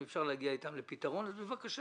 אם אפשר להגיע איתם לפתרון, אז בבקשה.